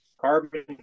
carbon